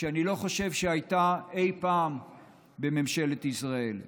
שאני לא חושב שהייתה אי פעם בממשלת ישראל.